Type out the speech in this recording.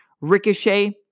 Ricochet